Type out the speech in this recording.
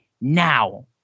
now